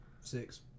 Six